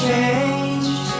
change